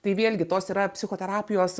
tai vėlgi tos yra psichoterapijos